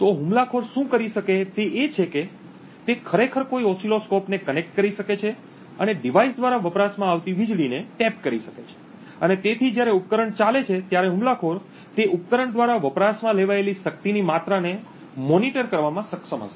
તો હુમલાખોર શું કરી શકે તે એ છે કે તે ખરેખર કોઈ ઓસિલોસ્કોપ ને જોડી શકે છે અને ડિવાઇસ દ્વારા વપરાશમાં આવતી વીજળીને ટેપ કરી શકે છે અને તેથી જ્યારે ઉપકરણ ચાલે છે ત્યારે હુમલાખોર તે ઉપકરણ દ્વારા વપરાશમાં લેવાયેલી શક્તિની માત્રાને મોનિટર કરવામાં સક્ષમ હશે